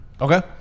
Okay